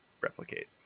replicate